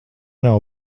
nav